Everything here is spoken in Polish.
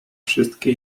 wszystkie